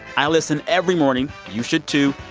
i listen every morning. you should, too.